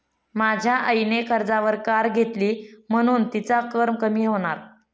माझ्या आईने कर्जावर कार घेतली म्हणुन तिचा कर कमी होणार